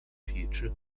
future